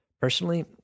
Personally